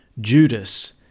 Judas